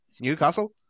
Newcastle